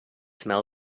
smell